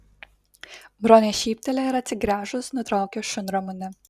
bronė šypteli ir atsigręžus nutraukia šunramunę